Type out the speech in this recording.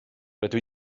rydw